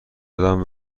دادن